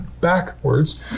backwards